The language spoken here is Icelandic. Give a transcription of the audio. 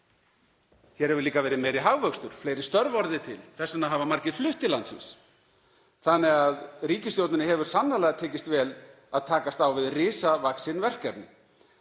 Hér hefur líka verið meiri hagvöxtur og fleiri störf orðið til, þess vegna hafa margir flutt til landsins, þannig að ríkisstjórninni hefur sannarlega tekist vel að takast á við risavaxin verkefni.